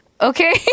Okay